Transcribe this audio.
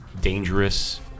dangerous